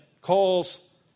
calls